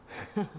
ha ha